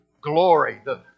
glory—the